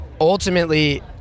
ultimately